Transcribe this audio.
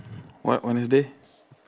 what wednesday